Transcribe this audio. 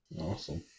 awesome